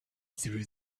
through